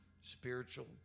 spiritual